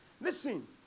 listen